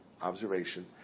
observation